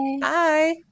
Bye